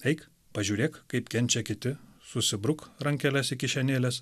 eik pažiūrėk kaip kenčia kiti susibruk rankeles į kišenėles